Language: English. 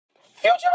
Future